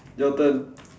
your turn